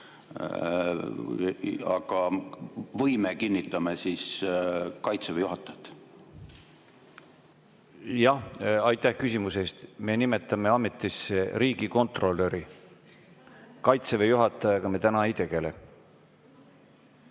või me kinnitame Kaitseväe juhatajat? Aitäh küsimuse eest! Me nimetame ametisse riigikontrolöri. Kaitseväe juhatajaga me täna ei tegele.